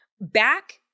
back